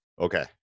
Okay